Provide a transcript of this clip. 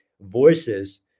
voices